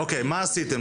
אוקיי, מה עשיתם?